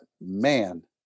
man